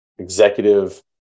executive